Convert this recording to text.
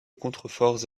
contreforts